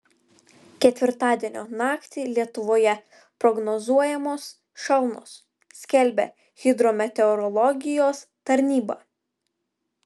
ketvirtadienio naktį lietuvoje prognozuojamos šalnos skelbia hidrometeorologijos tarnyba